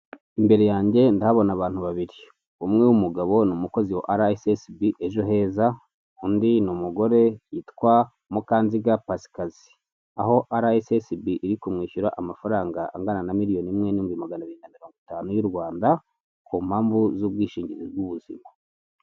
Imbere yange ndahabona abantu babiri, umwe w'umugabo ni umukozi wa araesesebi ejoheza, undi ni umugore yitwa Mukanziga Pasikazi, aho araesesebi irikumwishyura amafaranga angana na miliyoni imwe n'ibihumbi magana abiri mirongo itanu y'u Rwanda ku mpamvu z'ubwishingizi bw'ubuzima.